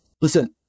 Listen